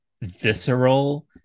visceral